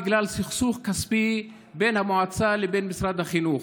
בגלל סכסוך כספי בין המועצה לבין משרד החינוך.